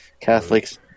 Catholics